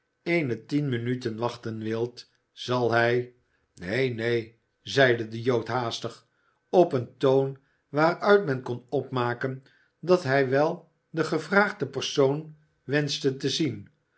eene tien minuten wachten wilt zal hij neen neen zeide de jood haastig op een toon waaruit men kon opmaken dat hij wel den gevraagden persoon wenschte te zien